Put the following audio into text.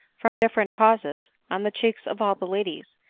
from different causes, on the cheeks of all the ladies,